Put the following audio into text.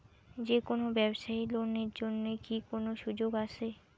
যে কোনো ব্যবসায়ী লোন এর জন্যে কি কোনো সুযোগ আসে?